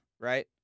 right